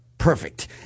perfect